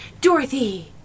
dorothy